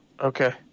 Okay